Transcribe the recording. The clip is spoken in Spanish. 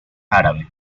árabe